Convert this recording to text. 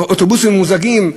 אוטובוסים ממוזגים?